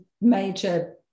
major